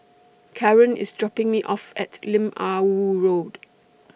Karyn IS dropping Me off At Lim Ah Woo Road